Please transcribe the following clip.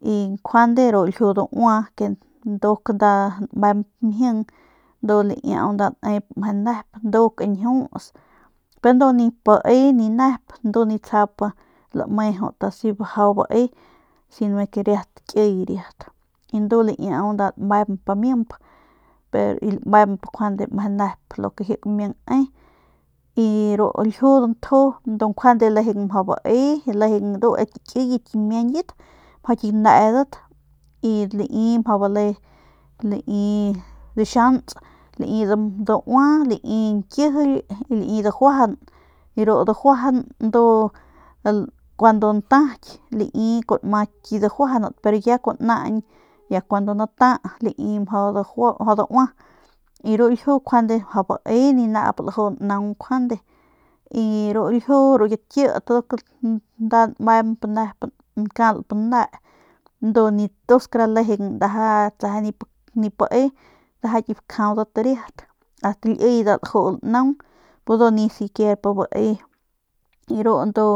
Y njuande ru ljiu daua ke nduk nda nmep mjing ndu laiau nda nep meje nep ndu kañjiuts pe ndu nip bae ni nep ndu nip lame tsjap bae si me ke kiy riat ndu laiau nda nmep amimp pe y lamemp meje ne'p lo ke ji kamiang ne y ru ljiu dantju ndu njuande lejeng mjau bae lejeng ndu ki kiyet ki miañyit mjau ki ganedat y lai mjau bale lai mjau bale dixiants lai daua lai ñkijily lai dajuajan y ru dajuajan ndu kuandu ntaky lai kuanma ki dajuajanat pero ya kuandu nata lai mjau daju lai mjau daua y ru ljiu njuande mjau bae ni nau laju naung njuande y ru ljiu ru kit kit ndu nda nmep nep nkalp ne ndu skara lejeng tseje nip bae ndaja ki bakjaudat riat nda liy laju naung ndu ni siquier p bae y ru ndu